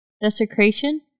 desecration